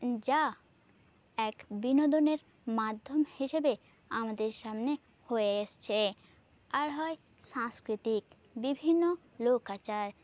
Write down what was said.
যা এক বিনোদনের মাধ্যম হিসাবে আমাদের সামনে হয়ে এসেছে আর হয় সাংস্কৃতিক বিভিন্ন লোকাচার